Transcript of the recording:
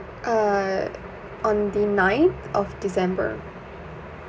uh on the ninth of december